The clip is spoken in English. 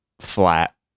flat